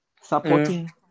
supporting